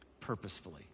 purposefully